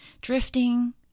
drifting